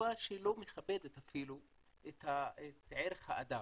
תשובה שלא מכבדת אפילו את ערך האדם,